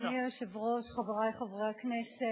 אדוני היושב-ראש, חברי חברי הכנסת,